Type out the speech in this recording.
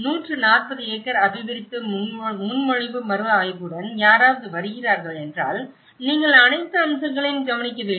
140 acre அபிவிருத்தி முன்மொழிவு மறுஆய்வுடன் யாராவது வருகிறார்கள் என்றால் நீங்கள் அனைத்து அம்சங்களையும் கவனிக்க வேண்டும்